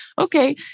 okay